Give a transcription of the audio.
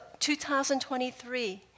2023